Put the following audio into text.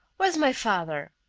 where's my father?